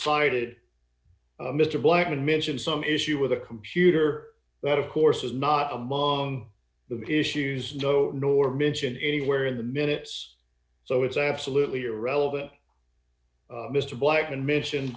cited mr blackman mentioned some issue with a computer that of course was not among the issues no nor mentioned anywhere in the minutes so it's absolutely irrelevant mr black and mentioned